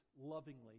lovingly